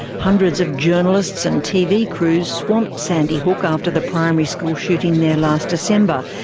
hundreds of journalists and tv crews swamped sandy hook after the primary school shooting there last december,